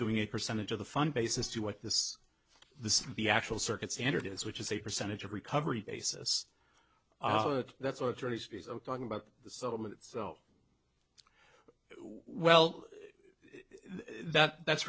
doing a percentage of the fund basis to what this this the actual circuit standard is which is a percentage of recovery basis that's what you're talking about the settlement so well that that's